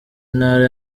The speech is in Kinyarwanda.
intara